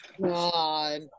God